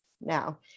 now